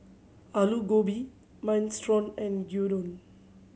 Alu Gobi Minestrone and Gyudon